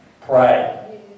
pray